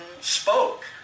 spoke